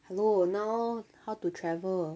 hello now how to travel